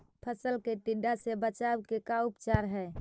फ़सल के टिड्डा से बचाव के का उपचार है?